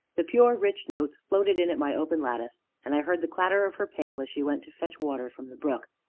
the pure, rich notes floated in at my open lattice, and i heard the clatter of her pail as she went to fetch water from the brook.